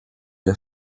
der